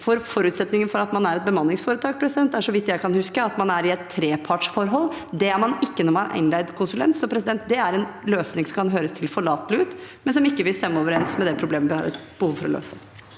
Forutsetningen for et bemanningsforetak er, så vidt jeg kan huske, at man er i et trepartsforhold. Det er man ikke når man er innleid konsulent. Så det er en løsning som kan høres tilforlatelig ut, men som ikke vil stemme overens med det problemet vi har behov for å løse.